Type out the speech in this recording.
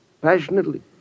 passionately